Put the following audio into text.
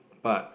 but